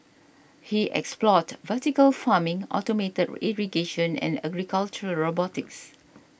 he explored vertical farming automated irrigation and agricultural robotics